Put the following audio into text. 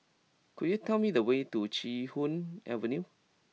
could you tell me the way to Chee Hoon Avenue